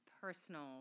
personal